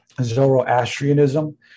zoroastrianism